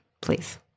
please